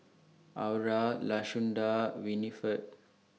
Aura Lashunda and Winifred